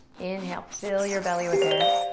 inhale, fill your belly with air.